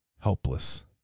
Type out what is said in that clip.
helpless